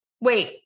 wait